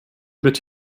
bitte